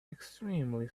extremely